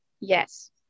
yes